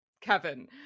Kevin